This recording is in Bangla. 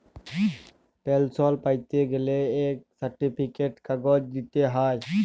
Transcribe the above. পেলসল প্যাইতে গ্যালে ইক সার্টিফিকেট কাগজ দিইতে হ্যয়